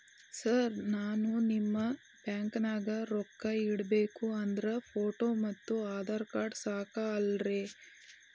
Sir ನಾನು ನಿಮ್ಮ ಬ್ಯಾಂಕನಾಗ ರೊಕ್ಕ ಇಡಬೇಕು ಅಂದ್ರೇ ಫೋಟೋ ಮತ್ತು ಆಧಾರ್ ಕಾರ್ಡ್ ಸಾಕ ಅಲ್ಲರೇ?